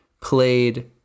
played